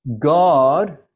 God